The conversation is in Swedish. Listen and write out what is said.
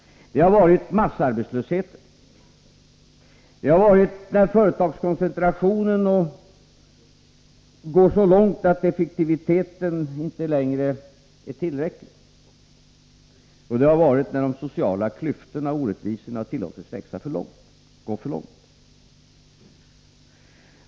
Det har varit massarbetslösheten, det har varit när företagskoncentrationen går så långt att effektiviteten inte längre är tillräcklig, och det har varit när de sociala klyftorna och orättvisorna tillåtits gå för långt.